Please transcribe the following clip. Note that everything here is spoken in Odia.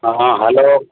ହଁ ହେଲୋ